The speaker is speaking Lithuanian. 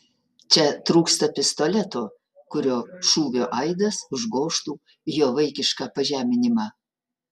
čia trūksta pistoleto kurio šūvio aidas užgožtų jo vaikišką pažeminimą